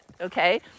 okay